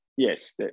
Yes